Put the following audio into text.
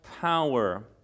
power